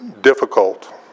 difficult